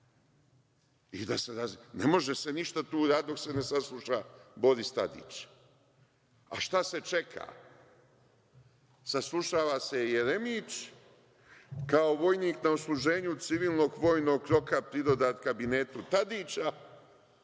se može razjasniti. Ne može se ništa tu uraditi dok se ne sasluša Boris Tadić. Šta se čeka? Saslušava se Jeremić, kao vojnik na odsluženju civilnog vojnog roka pridodat kabinetu Tadića,